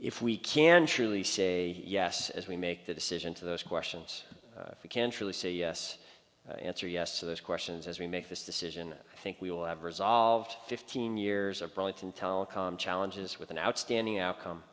if we can truly say yes as we make the decision to those questions if we can truly say yes answer yes to those questions as we make this decision i think we will have resolved fifteen years of brilliance and telecom challenges with an outstanding outcome